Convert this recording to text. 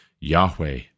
Yahweh